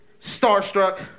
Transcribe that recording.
Starstruck